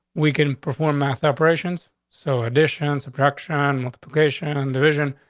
we can perform math operations. so addition, subtraction, multiplication and division,